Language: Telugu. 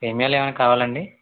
సేమ్యాలు ఏమైనా కావాలండీ